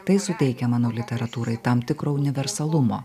tai suteikia mano literatūrai tam tikro universalumo